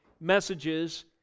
messages